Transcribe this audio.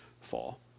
fall